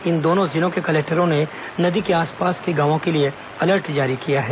इन दोनों जिलों के कलेक्टरों ने नदी के आसपास के गांवों के लिए अलर्ट जारी किया है